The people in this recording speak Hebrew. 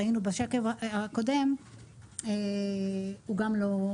ראינו בשקף הקודם הוא גם לא,